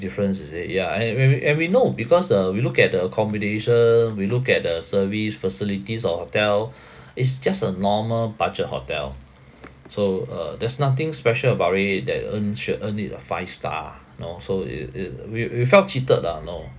difference you see ya and when we and we know because uh we look at the accommodation we look at the service facilities of hotel is just a normal budget hotel so uh there's nothing special about it that earn should earn it a five star know so it it we we felt cheated lah know